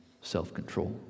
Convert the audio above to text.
self-control